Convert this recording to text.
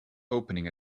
opening